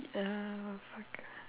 oh fuck